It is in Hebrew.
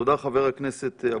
תודה, חבר הכנסת אבוטבול.